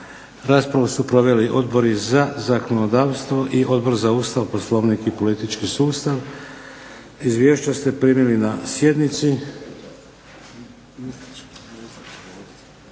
Raspravu su proveli Odbori za zakonodavstvo i Odbor za Ustav, Poslovnik i politički sustav. Izvješća ste primili na sjednici.